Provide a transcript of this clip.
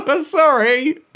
Sorry